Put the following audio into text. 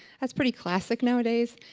that's pretty classic nowadays.